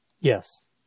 Yes